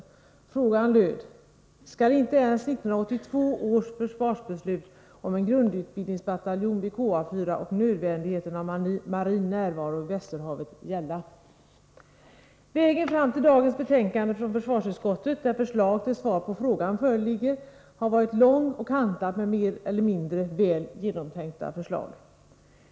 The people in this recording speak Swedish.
Frågan löd: ”Skall inte ens 1982 års försvarsbeslut om en grundutbildningsbataljon på KA 4 och nödvändigheten av marin närvaro i Västerhavet gälla?” Vägen fram till dagens betänkande från försvarsutskottet, där förslag till svar på frågan föreligger, har varit lång och kantad av mer eller mindre väl genomtänkta förslag.